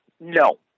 No